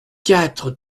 quatre